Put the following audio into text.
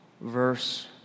verse